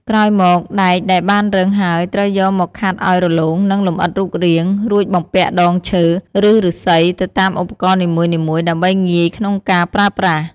ក្រោយមក ដែកដែលបានរឹងហើយត្រូវយកមកខាត់ឲ្យរលោង និងលម្អិតរូបរាង រួចបំពាក់ដងឈើ ឬឫស្សីទៅតាមឧបករណ៍នីមួយៗដើម្បីងាយក្នុងការប្រើប្រាស់។